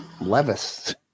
Levis